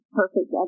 perfect